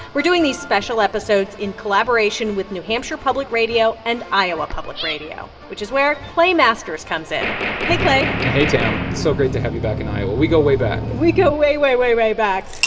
we're doing these special episodes in collaboration with new hampshire public radio and iowa public radio, which is where clay masters comes in hey, clay hey, tam. so great to have you back in iowa. we go way back we go way, way, way, way back.